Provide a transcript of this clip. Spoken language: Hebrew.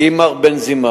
שאם מר בנזימן